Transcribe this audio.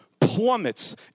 plummets